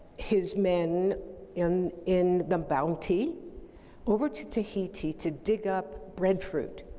his men in in the bounty over to tahiti to dig up breadfruit.